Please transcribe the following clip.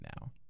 now